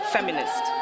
Feminist